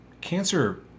cancer